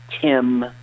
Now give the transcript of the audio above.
Tim